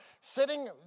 sitting